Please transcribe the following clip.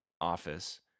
office